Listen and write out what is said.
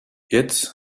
jetzt